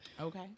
Okay